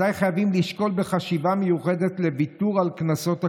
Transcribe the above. אזי חייבים לשקול בחשיבה מיוחדת לוותר על קנסות הקורונה,